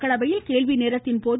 மக்களவையில் கேள்விநேரத்தின்போது